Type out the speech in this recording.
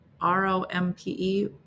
R-O-M-P-E